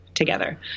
Together